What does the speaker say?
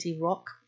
rock